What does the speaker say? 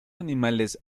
animales